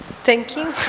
thank you.